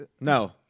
No